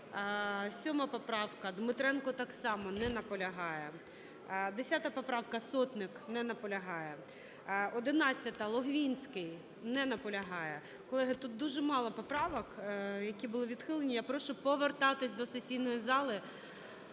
7 поправка, Дмитренко так само. Не наполягає. 10 поправка, Сотник. Не наполягає. 11-а, Логвинський. Не наполягає. Колеги, тут дуже мало поправок, які були відхилені. Я прошу повертатись до сесійної зали.